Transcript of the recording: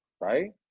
right